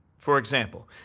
for example,